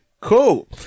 Cool